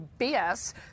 BS